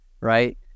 right